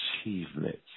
achievements